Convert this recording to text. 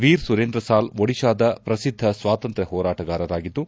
ವೀರ್ ಸುರೇಂದ್ರ ಸಾಲ್ ಒಡಿತಾದ ಪ್ರಸಿದ್ದ ಸ್ವಾತಂತ್ರ್ಯ ಹೋರಾಟಗಾರರಾಗಿದ್ದು